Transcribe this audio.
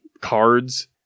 cards